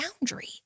boundary